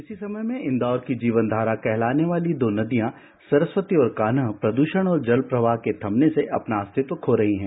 किसी समय में इंदौर की जीवन धारा कहलाने वाली दो नदियां सरस्वती और कान्ह प्रद्रषण और जल प्रवाह के थमने से अपना अस्तित्व खो रही हैं